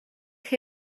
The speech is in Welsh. chi